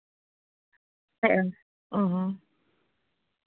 ᱚ ᱦᱚᱸ